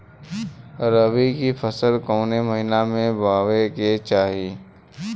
रबी की फसल कौने महिना में बोवे के चाही?